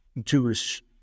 Jewish